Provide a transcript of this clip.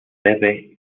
debe